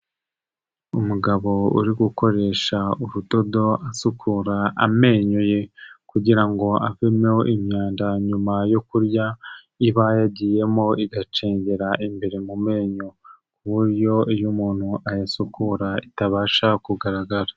Umugabo uri gukoresha urudodo asukura amenyo ye kugira ngo avemo imyanda nyuma yo kurya iba yagiyemo, igacengera imbere mu menyo ku buryo iyo umuntu ayasukura itabasha kugaragara.